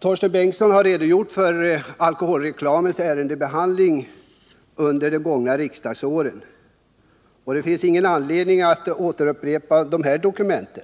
Torsten Bengtson har redogjort för behandlingen av frågan om alkoholreklam under de gångna riksdagsåren. Det finns således ingen anledning att upprepa vad som sägs i de dokument som